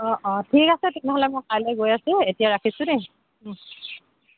অঁ অঁ ঠিক আছে তেনেহ'লে মই কাইলে গৈ আছোঁ এতিয়া ৰাখিছোঁ দেই